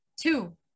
two